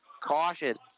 Caution